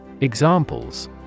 Examples